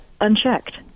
unchecked